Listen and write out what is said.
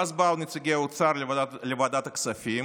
ואז באו נציגי האוצר לוועדת הכספים